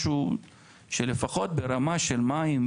משהו של לפחות ברמה של מים,